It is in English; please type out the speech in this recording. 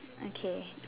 okay